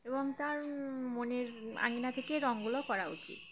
এবং তার মনের আঙিনা থেকে রঙগুলো করা উচিত